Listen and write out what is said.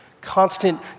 constant